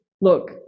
look